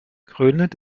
grönland